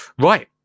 right